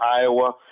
Iowa